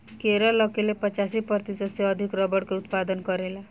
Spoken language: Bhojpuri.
केरल अकेले पचासी प्रतिशत से अधिक रबड़ के उत्पादन करेला